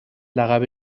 لقب